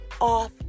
off